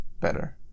better